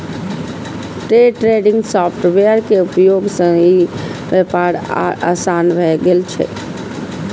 day trading software के उपयोग सं ई व्यापार आर आसान भए गेल छै